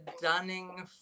Dunning